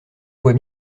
voit